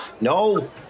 No